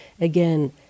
Again